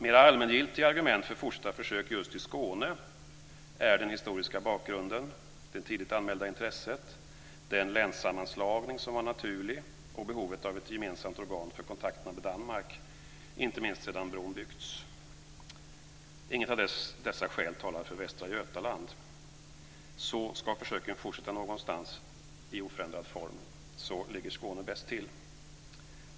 Mera allmängiltiga argument för fortsatta försök just i Skåne är den historiska bakgrunden, det tidigt anmälda intresset, den länssammanslagning som var naturlig och behovet av ett gemensamt organ för kontakterna med Danmark, inte minst sedan bron byggts. Inget av dessa skäl talar för Västra Götaland. Ska försöken fortsätta någonstans i oförändrad form ligger alltså Skåne bäst till.